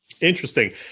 Interesting